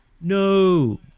No